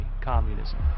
communism